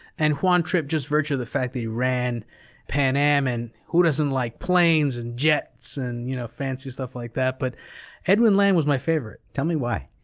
and juan trippe, just virtue of the fact that he ran pan am, and who doesn't like planes and jets and you know fancy stuff like that? but edwin land was my favorite. tell me why.